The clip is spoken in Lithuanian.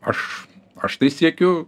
aš aš tai siekiu